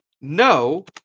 No